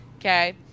Okay